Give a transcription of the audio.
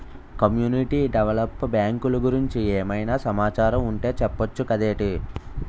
community develop బ్యాంకులు గురించి ఏమైనా సమాచారం ఉంటె చెప్పొచ్చు కదేటి